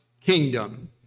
kingdom